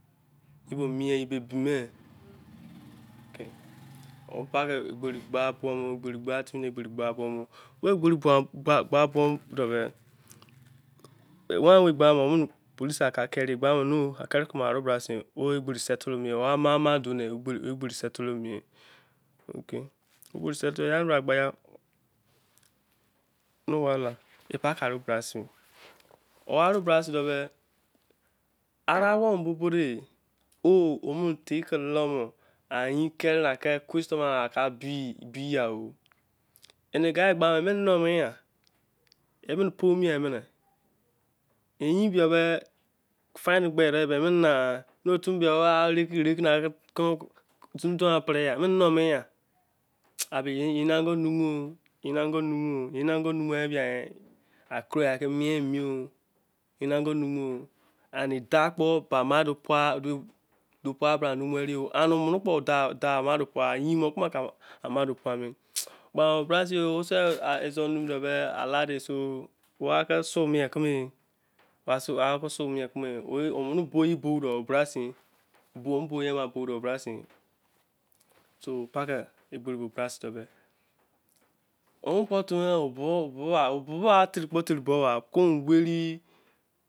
<> odise dem fia ami emene lei fia oyi fia me-lei fia omene pa-pa ozoru-a lei fia. paity kpo larde kpo lei fia omrne ke ozoru-a miemie ye sei fia. lei fia kense ma kobe-ejo rice ke tuwo lei sei ekpo cala tubo emene ene an-go ba-tinga timi-ne tuwo timi ne